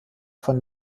von